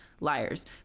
liars